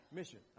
Mission